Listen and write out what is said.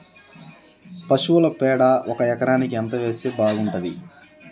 పశువుల పేడ ఒక ఎకరానికి ఎంత వేస్తే బాగుంటది?